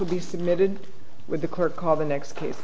will be submitted with the court called the next case